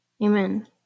Amen